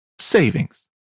savings